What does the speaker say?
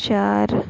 चार